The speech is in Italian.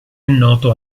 noto